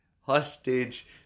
hostage